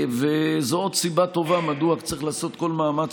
זו עוד סיבה טובה מדוע צריך לעשות כל מאמץ,